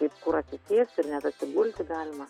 kaip kur atsisėst ir net atsigulti galima